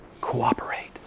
Cooperate